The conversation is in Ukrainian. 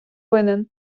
винен